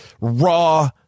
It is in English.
raw